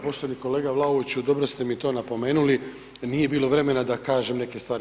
Poštovani kolega Vlaoviću, dobro ste mi to napomenuli, nije bilo vremena da kažem neke stvari.